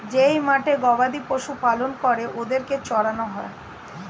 যেই মাঠে গবাদি পশু পালন করে ওদের চড়ানো হয়